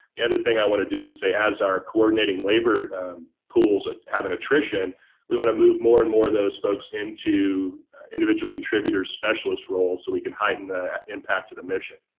the other thing i want to do is say as our coordinating labor pools that have an attrition we want to move more and more of those folks into individual contributor specialist roles so we can heighten the impact to the mission.